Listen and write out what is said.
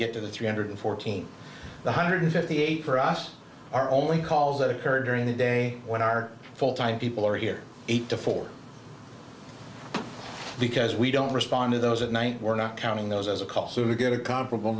get to the three hundred fourteen one hundred fifty eight for us are only calls that occurred during the day when our full time people are here eight to four because we don't respond to those at night we're not counting those as a call so we get a comparable